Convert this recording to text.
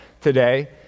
today